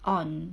on